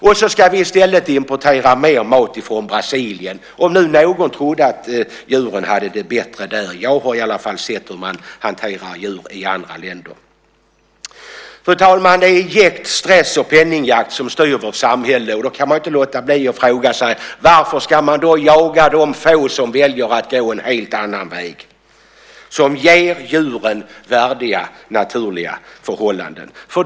Och så ska vi i stället importera mer mat från Brasilien, som om nu någon trodde att djuren har det bättre där! Jag har i alla fall sett hur man hanterar djur i andra länder. Fru talman! Det är jäkt, stress och penningjakt som styr vårt samhälle. Man kan inte låta bli att fråga sig varför man då ska jaga de få som väljer att gå en helt annan väg och som ger djuren värdiga och naturliga förhållanden.